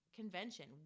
convention